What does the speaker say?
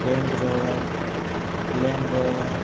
Range Rover Land Rover